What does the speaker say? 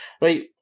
Right